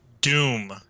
Doom